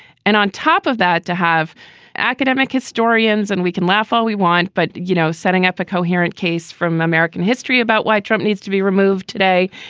and on top of that to have academic historians and we can laugh all we want, but, you know, setting up a coherent case from american history about why trump needs to be removed today,